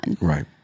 Right